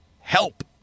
help